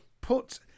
put